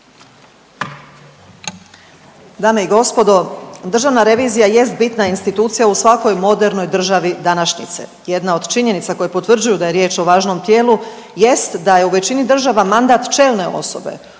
Dame i gospodo, državna revizija jest bitna institucija u svakoj modernoj državi današnjice. Jedna od činjenica koje potvrđuju da je riječ o važnom tijelu jest da je u većini država mandat čelne osobe,